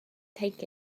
take